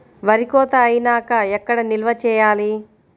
వరి కోత అయినాక ఎక్కడ నిల్వ చేయాలి?